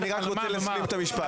אני רק רוצה להשלים את המשפט.